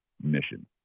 mission